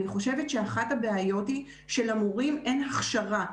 אני חושבת שאחת הבעיות היא שלמורים אין הכשרה,